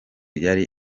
yari